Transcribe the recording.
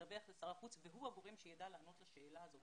מדווח לשר החוץ והוא הגורם שידע לענות לשאלה הזאת.